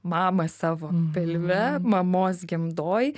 mamą savo pilve mamos gimdoj